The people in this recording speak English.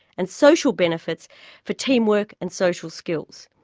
and social benefits for teamwork and social skills.